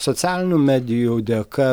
socialinių medijų dėka